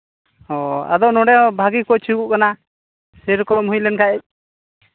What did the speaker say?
ᱚ ᱟᱫᱚ ᱱᱚᱸᱰᱮ ᱵᱷᱟᱹᱜᱤ ᱠᱳᱪ ᱦᱩᱭᱩᱜᱚᱜ ᱠᱟᱱᱟ ᱥᱮᱭᱨᱚᱠᱚᱢ ᱦᱩᱭ ᱞᱮᱱᱠᱷᱟᱱ